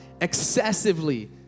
excessively